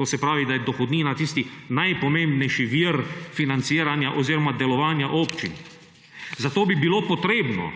To se pravi, da je dohodnina tisti najpomembnejši vir financiranja oziroma delovanja občin. Zato bi bilo treba